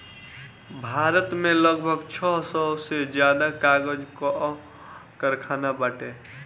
भारत में लगभग छह सौ से ज्यादा कागज कअ कारखाना बाटे